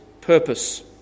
purpose